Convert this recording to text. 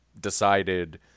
decided